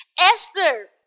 Esther